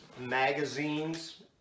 magazines